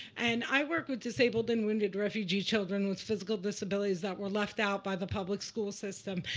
and i work with disabled and wounded refugee children with physical disabilities that were left out by the public school system.